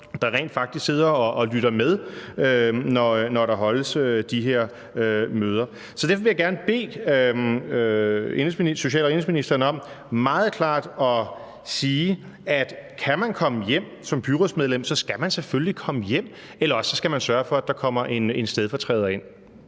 der rent faktisk sidder og lytter med, når der holdes de her møder. Så derfor vil jeg gerne bede social- og indenrigsministeren om meget klart at sige, at kan man komme hjem som byrådsmedlem, så skal man selvfølgelig komme hjem. Eller også skal man sørge for, at der kommer en stedfortræder ind.